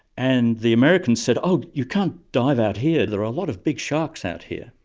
and the american said, oh, you can't dive out here, there are a lot of big sharks out here.